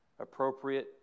appropriate